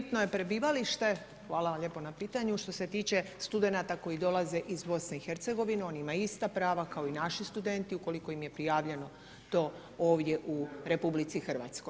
Dakle bitno je prebivalište, hvala vam lijepo na pitanju, što se tiče studenata koji dolaze iz BiH, oni imaju ista prava kao i naši studenti ukoliko im je prijavljeno to ovdje u RH.